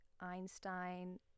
Einstein